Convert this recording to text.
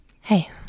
Hey